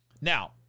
Now